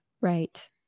right